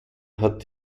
hat